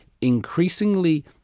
increasingly